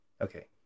Okay